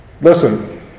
Listen